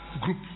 group